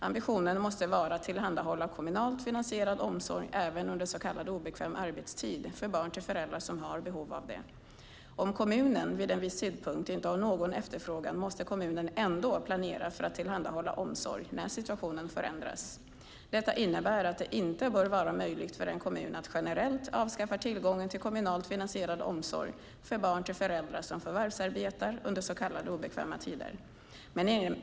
Ambitionen måste vara att tillhandahålla kommunalt finansierad omsorg även under så kallad obekväm arbetstid för barn till föräldrar som har behov av det. Om kommunen vid en viss tidpunkt inte har någon efterfrågan måste kommunen ändå planera för att tillhandahålla omsorg när situationen förändras. Detta innebär att det inte bör vara möjligt för en kommun att generellt avskaffa tillgången till kommunalt finansierad omsorg för barn till föräldrar som förvärvsarbetar under så kallade obekväma tider.